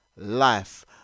life